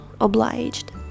obliged